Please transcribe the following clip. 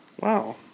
Wow